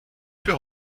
für